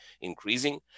increasing